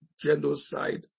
genocide